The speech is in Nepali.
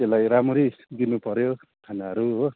त्यसलाई राम्ररी दिनुपऱ्यो खानाहरू हो